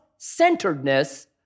centeredness